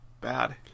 bad